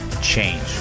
change